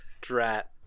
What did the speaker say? Drat